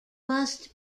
must